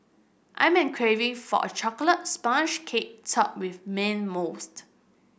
I am an craving for a chocolate sponge cake topped with mint mousse